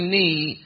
need